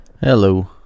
Hello